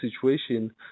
situation